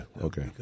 okay